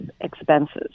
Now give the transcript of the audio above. expenses